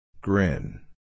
Grin